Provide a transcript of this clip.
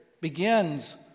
begins